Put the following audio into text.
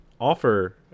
offer